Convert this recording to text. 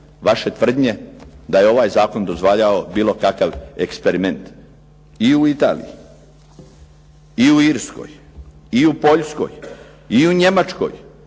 vaše tvrdnje da je ovaj zakon dozvolio bilo kako eksperiment. I u Italiji, i u Irskoj, i u Poljskoj, i u Njemačkoj,